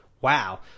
wow